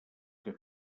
que